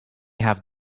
have